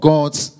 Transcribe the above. God's